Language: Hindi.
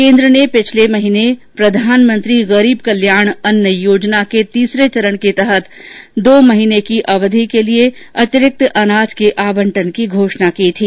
केन्द्र ने पिछले महीने प्रधानमंत्री गरीब कल्याण अन्न योजना के तीसरे चरण के तहत दो महीने की अवधि के लिए अतिरिक्त अनाज के आवंटन की घोषणा की थी